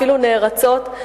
אפילו נערצות.